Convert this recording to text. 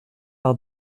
par